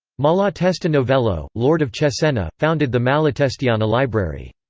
malatesta novello, lord of cesena, founded the malatestiana library.